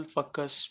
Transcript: Focus